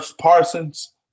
Parsons